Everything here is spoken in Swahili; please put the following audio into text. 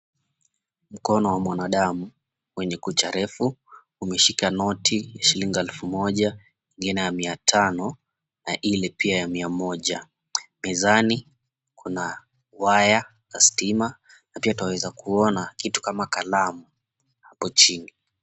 Mkono wa mwanadamu wenye kucha refu umeshika noti ya shilingi elfu moja ingine mia tano na Ile pia ya mia moja. Mezani kuna waya za stima na pia twaweza kuona kitu kama kalamu hapo chini.